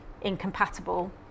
incompatible